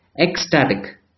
ecstatic